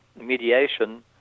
mediation